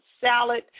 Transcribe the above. salad